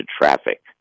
traffic